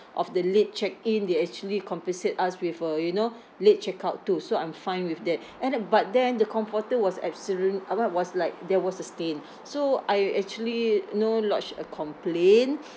of the late check in they actually compensate us with uh you know late check out too so I'm fine with that and uh but then the comforter was absolute on there was like there was a stain so I actually you know lodged a complaint